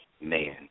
man